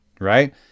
right